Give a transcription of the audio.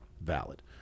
Valid